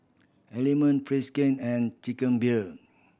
Element Friskie and Chicken Beer